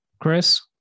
Chris